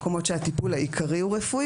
מקומות שהטיפול העיקרי הוא רפואי,